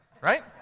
right